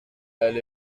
elle